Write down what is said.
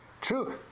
True